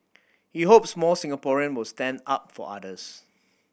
he hopes more Singaporean will stand up for others